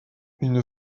une